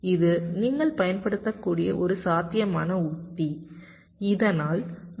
இது நீங்கள் பயன்படுத்தக்கூடிய ஒரு சாத்தியமான உத்தி இதனால் வளைவு பிரச்சினை வராது